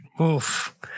Oof